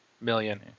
million